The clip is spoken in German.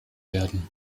werden